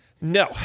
no